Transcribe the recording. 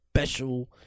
Special